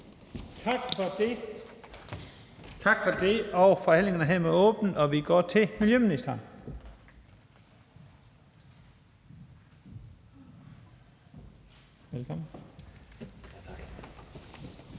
Tak for det.